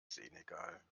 senegal